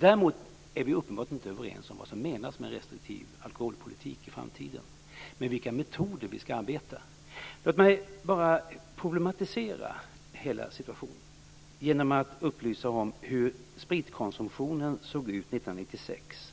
Dessutom är vi uppenbart inte överens om vad som menas med restriktiv alkoholpolitik i framtiden och om vilka metoder som vi skall arbeta med. Låt mig bara problematisera hela situationen genom att upplysa om hur spritkonsumtionen såg ut 1996.